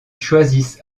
choisissent